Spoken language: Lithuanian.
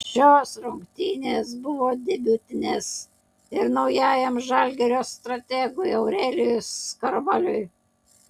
šios rungtynės buvo debiutinės ir naujajam žalgirio strategui aurelijui skarbaliui